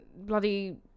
bloody